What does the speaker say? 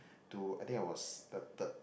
to I think I was the third